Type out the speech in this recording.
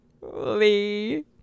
Lee